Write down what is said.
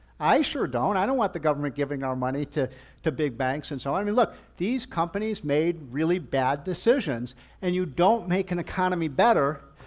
i sure don't. i don't want the government giving our money to to big banks and so on. i mean, look, these companies made really bad decisions and you don't make an economy better,